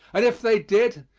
and if they did,